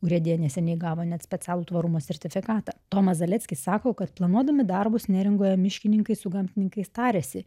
urėdija neseniai gavo net specialų tvarumo sertifikatą tomas zaleckis sako kad planuodami darbus neringoje miškininkai su gamtininkais tariasi